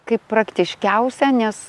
kaip praktiškiausią nes